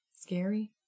scary